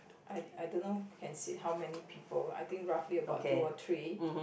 I I dunno can sit how many people I think roughly about two or three